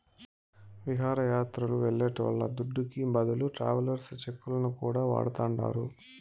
విహారయాత్రలు వెళ్లేటోళ్ల దుడ్డుకి బదులు ట్రావెలర్స్ చెక్కులను కూడా వాడతాండారు